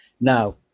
Now